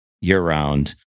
year-round